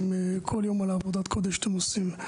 כל יום על עבודת הקודש שאתם עושים.